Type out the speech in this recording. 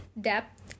depth